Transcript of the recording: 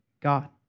God